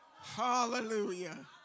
Hallelujah